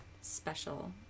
special